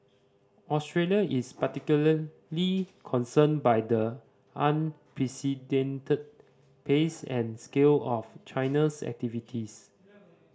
Australia is particularly concerned by the unprecedented pace and scale of China's activities